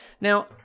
Now